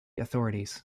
authorities